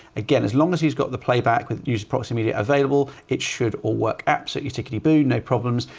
again, as long as he's got the playback with user proximity available, it should all work absolutely tickety-boo no problems.